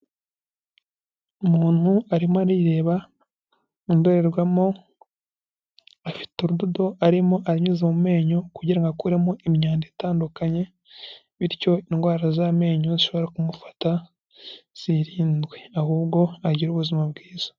Umuntu arimo arireba mu ndorerwamo, afite urudodo arimo aranyuza mu menyo kugira ngo akuremo imyanda itandukanye, bityo indwara z'amenyo zishobora kumufata, zirindwe ahubwo agire ubuzima bwiza.